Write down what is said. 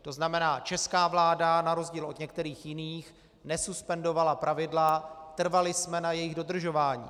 To znamená, že česká vláda na rozdíl od některých jiných nesuspendovala pravidla, trvali jsme na jejich dodržování.